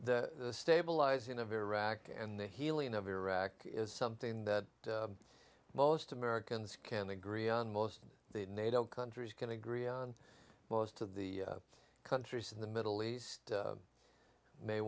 the stabilizing of iraq and the healing of iraq is something that most americans can agree on most the nato countries can agree on most of the countries in the middle east